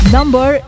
Number